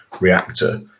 reactor